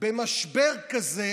במשבר כזה,